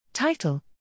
Title